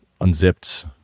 unzipped